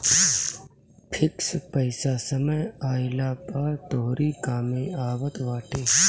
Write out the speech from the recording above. fix पईसा समय आईला पअ तोहरी कामे आवत बाटे